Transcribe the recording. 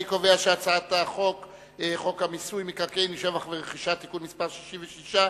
אני קובע שהצעת חוק מיסוי מקרקעין (שבח ורכישה) (תיקון מס' 66)